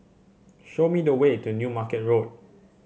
show me the way to New Market Road